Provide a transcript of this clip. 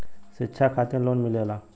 शिक्षा खातिन लोन मिलेला?